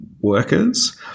workers